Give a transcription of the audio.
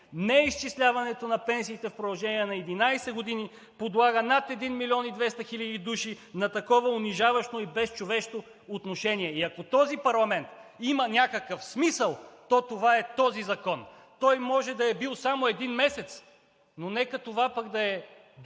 Неизчисляването на пенсиите в продължение на 11 години подлага над 1 милион и 200 хиляди души на такова унижаващо и безчовешко отношение. И ако този парламент има някакъв смисъл, то това е този закон. Той може да е бил само един месец, но нека това пък да е по-добре,